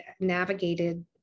navigated